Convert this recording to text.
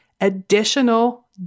additional